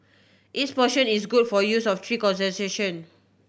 each portion is good for use of three occasion